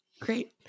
Great